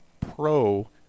pro